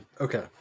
Okay